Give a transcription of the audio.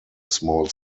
small